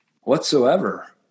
whatsoever